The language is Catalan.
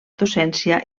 docència